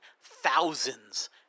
thousands